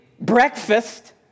breakfast